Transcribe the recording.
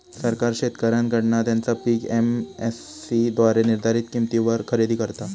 सरकार शेतकऱ्यांकडना त्यांचा पीक एम.एस.सी द्वारे निर्धारीत किंमतीवर खरेदी करता